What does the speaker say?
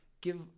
give